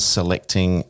selecting